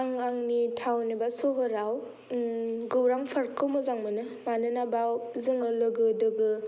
आं आंनि टाउन एबा सहराव गौरां पार्क खौ मोजां मोनोना बाव जों लोगो दोगो